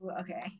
okay